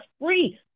free